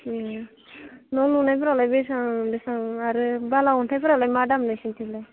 ए न' लुनायफोरावलाय बेसेबां बेसेबां आरो बाला अन्थाइफोरालाय मा दाम नोंसोरनिथिंलाय